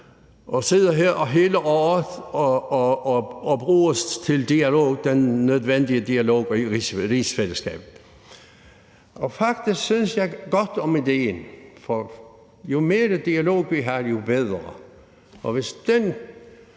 og sidde hele året og bruges til den nødvendige dialog i rigsfællesskabet. Og faktisk synes jeg godt om idéen, for jo mere dialog vi har, jo bedre, og hvis det